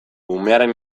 umearen